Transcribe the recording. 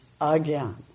again